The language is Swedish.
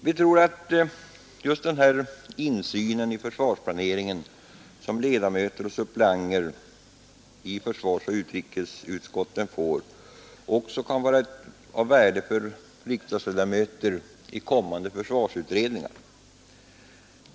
Vi tror att just den insyn i försvarsplaneringen, som ledamöter och suppleanter i försvarsoch utrikesutskotten får, också kan vara av värde för riksdagsledamöter i kommande försvarsutredningar.